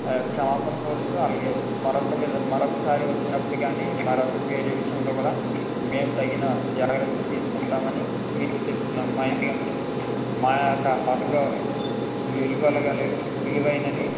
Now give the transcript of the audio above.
ఆ యొక్క క్షమాపణలు కోరుతూ అలాగే మరొక్క విధం మరొక్కసారి వచ్చినప్పుడు కానీ మరొక్కరి వేరే విషయంలో కూడా మేము తగిన జాగ్రత్తలు తీసుకుంటామని మీకు చెప్తున్నాము మా ఎందుకంటే మా యొక్క హోటలు విలువలు గల విలువైనది